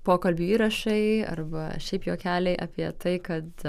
pokalbių įrašai arba šiaip juokeliai apie tai kad